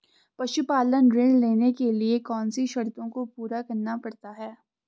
पशुपालन ऋण लेने के लिए कौन सी शर्तों को पूरा करना पड़ता है?